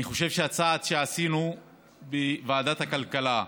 אני חושב שהצעד שעשינו בוועדת הכלכלה,